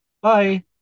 Bye